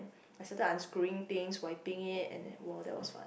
I started unscrewing things wiping it and then !wow! that was fun